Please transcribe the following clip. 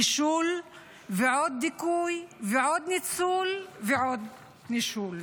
נישול ועוד דיכוי ועוד ניצול ועוד נישול,